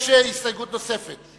יש הסתייגות נוספת.